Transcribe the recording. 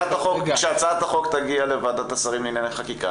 כשהצעת החוק תגיע לוועדת השרים לענייני חקיקה,